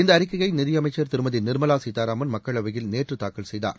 இந்த அறிக்கையை நிதியமைச்சர் திருமதி நிர்மலா சீதாராமன் மக்களவையில் நேற்று தூக்கல் செய்தார்